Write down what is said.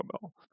Bell